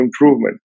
improvement